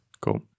Cool